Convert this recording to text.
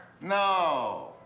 No